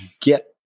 get